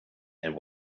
and